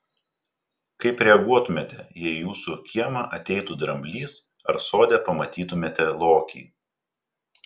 kaip reaguotumėte jei į jūsų kiemą ateitų dramblys ar sode pamatytumėte lokį